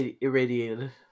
irradiated